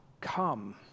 come